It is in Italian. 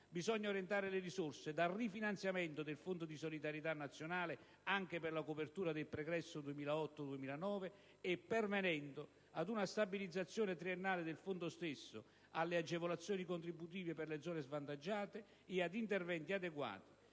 bisogna orientare le risorse, a partire dal rifinanziamento del Fondo di solidarietà nazionale, anche per la copertura del pregresso 2008-2009 e pervenendo ad una stabilizzazione triennale del Fondo stesso, alle agevolazioni contributive per le zone svantaggiate e ad interventi adeguati